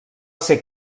ser